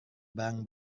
barang